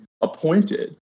appointed